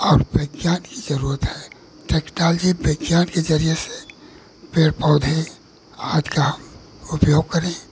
और विज्ञान की ज़रूरत है टेक्नोलॉजी विज्ञान के ज़रिए से पेड़ पौधे आदि का उपयोग करें